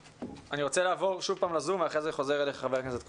אני רוצה לעבור שוב לזום ואחרי כן לחזור לחבר הכנסת קושניר.